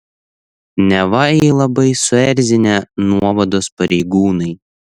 neva jį labai suerzinę nuovados pareigūnai